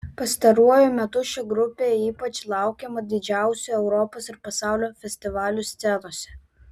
pastaruoju metu ši grupė ypač laukiama didžiausių europos ir pasaulio festivalių scenose